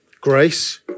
Grace